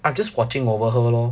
I'm just watching over her lor